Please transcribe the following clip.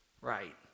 right